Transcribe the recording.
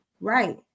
Right